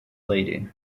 lady